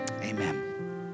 amen